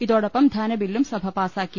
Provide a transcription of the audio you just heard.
ഇതോടൊപ്പം ധനബില്ലും സഭ പാസ്സാക്കി